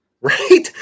Right